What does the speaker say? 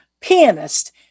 pianist